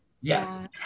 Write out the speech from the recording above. Yes